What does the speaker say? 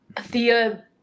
thea